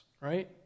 right